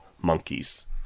monkeys